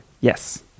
Yes